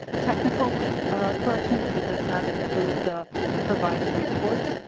technical correction but does not include the provider reports.